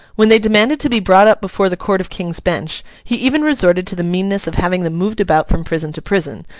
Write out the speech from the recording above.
when they demanded to be brought up before the court of king's bench, he even resorted to the meanness of having them moved about from prison to prison,